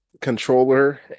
controller